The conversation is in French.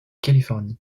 californie